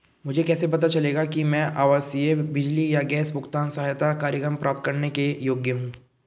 मुझे कैसे पता चलेगा कि मैं आवासीय बिजली या गैस भुगतान सहायता कार्यक्रम प्राप्त करने के योग्य हूँ?